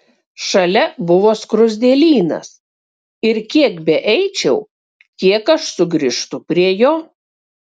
šalia buvo skruzdėlynas ir kiek beeičiau tiek aš sugrįžtu prie jo